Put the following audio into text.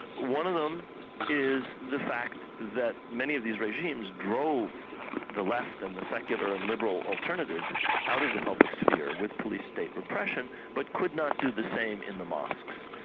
one of them is the fact that many of these regimes drove the left and the secular and liberal alternatives out of the public sphere with police state repression, but could not do the same in the mosques,